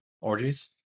Orgies